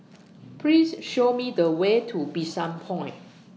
Please Show Me The Way to Bishan Point